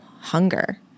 Hunger